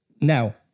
Now